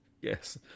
Yes